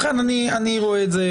לכן, אני רואה את זה